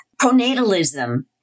Pronatalism